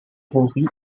rory